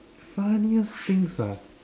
funniest things ah